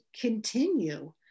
continue